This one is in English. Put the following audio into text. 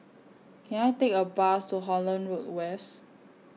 Can I Take A Bus to Holland Road West